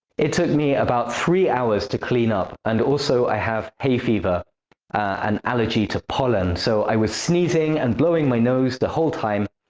it took me three hours to clean up, and also i have hay fever an allergy to pollen so i was sneezing and blowing my nose the whole time.